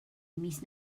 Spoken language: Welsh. mis